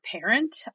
parent